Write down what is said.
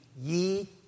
ye